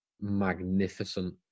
magnificent